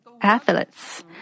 athletes